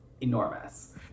enormous